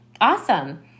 awesome